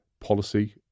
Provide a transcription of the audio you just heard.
policy